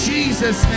Jesus